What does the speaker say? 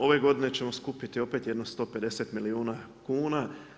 Ove godine ćemo skupiti opet jedno 150 milijuna kuna.